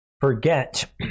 forget